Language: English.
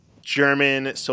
German